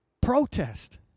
protest